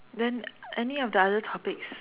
then any of the other topics